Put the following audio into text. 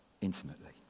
intimately